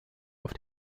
auf